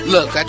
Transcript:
Look